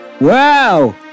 Wow